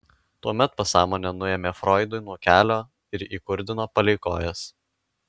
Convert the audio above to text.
tuomet pasąmonę nuėmė froidui nuo kelio ir įkurdino palei kojas